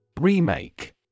Remake